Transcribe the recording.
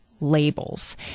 labels